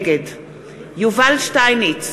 נגד יובל שטייניץ,